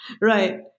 Right